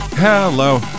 Hello